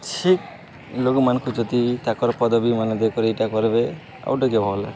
ଠିକ୍ ଲୋକମାନଙ୍କୁ ଯଦି ତାଙ୍କର ପଦବିମାନ ଦେ କରି ଏଇଟା କରିବେ ଆଉ ଟିକେ ଭଲେ